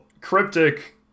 cryptic